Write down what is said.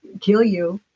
kill you.